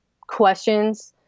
questions